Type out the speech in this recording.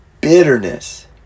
bitterness